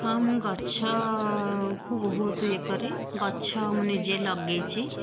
ହଁ ମୁଁ ଗଛକୁ ବହୁତ ଇଏ କରେ ଗଛ ମୁଁ ନିଜେ ଲଗେଇଛି